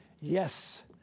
YES